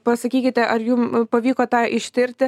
pasakykite ar jums pavyko tą ištirti